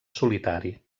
solitari